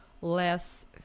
less